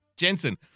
Jensen